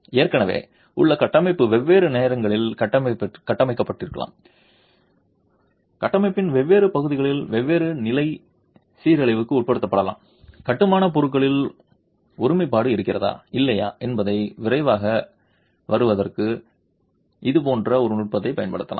ஏற்கனவே உள்ள கட்டமைப்பு வெவ்வேறு நேரங்களில் கட்டமைக்கப்பட்டிருக்கலாம் கட்டமைப்பின் வெவ்வேறு பகுதிகளில் வெவ்வேறு நிலை சீரழிவுக்கு உட்படுத்தப்படலாம் கட்டுமானப் பொருட்களில் ஒருமைப்பாடு இருக்கிறதா இல்லையா என்பதை விரைவாக வருவதற்கு இதுபோன்ற ஒரு நுட்பத்தைப் பயன்படுத்தலாம்